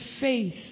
faith